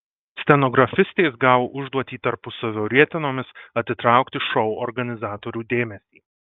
stenografistės gavo užduotį tarpusavio rietenomis atitraukti šou organizatorių dėmesį